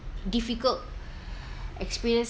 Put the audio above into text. difficult experience